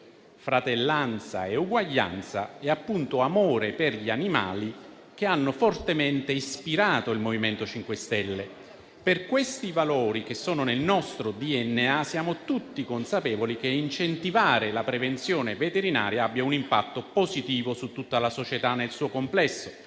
fratellanza, uguaglianza e, appunto, amore per gli animali, che hanno fortemente ispirato il MoVimento 5 Stelle. Per questi valori, che sono nel nostro DNA, siamo tutti consapevoli che incentivare la prevenzione veterinaria abbia un impatto positivo su tutta la società nel suo complesso,